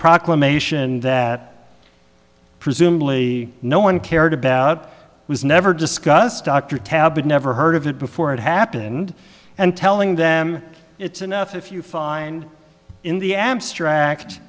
proclamation that presumably no one cared about was never discussed dr tabooed never heard of it before it happened and telling them it's enough if you find in the abstract